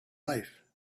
life